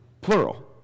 plural